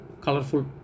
colorful